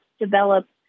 develop